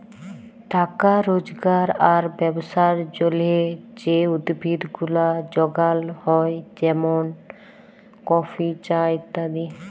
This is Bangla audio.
টাকা রজগার আর ব্যবসার জলহে যে উদ্ভিদ গুলা যগাল হ্যয় যেমন কফি, চা ইত্যাদি